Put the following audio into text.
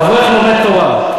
אברך לומד תורה.